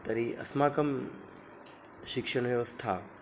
तर्हि अस्माकं शिक्षणव्यवस्था